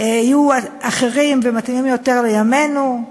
יהיו אחרים ומתאימים יותר לימינו.